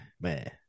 man